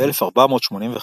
ב-1485,